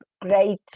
great